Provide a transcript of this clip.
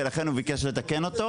ולכן הוא ביקש לתקן אותו.